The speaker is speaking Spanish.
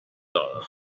todo